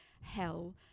hell